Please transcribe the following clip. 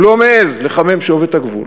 הוא לא מעז לחמם שוב את הגבול.